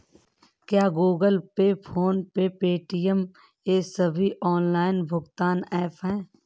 क्या Google Pay PhonePe Paytm ये सभी ऑनलाइन भुगतान ऐप हैं?